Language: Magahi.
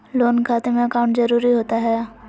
लोन खाते में अकाउंट जरूरी होता है?